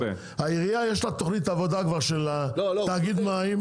העירייה יש לה תוכנית עבודה כבר של התאגיד מים,